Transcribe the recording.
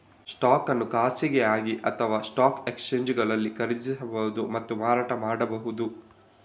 stock ಅನ್ನು ಖಾಸಗಿಯಾಗಿ ಅಥವಾಸ್ಟಾಕ್ ಎಕ್ಸ್ಚೇಂಜುಗಳಲ್ಲಿ ಖರೀದಿಸಬಹುದು ಮತ್ತು ಮಾರಾಟ ಮಾಡಬಹುದು